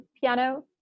piano